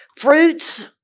Fruits